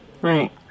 Right